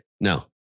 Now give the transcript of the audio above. No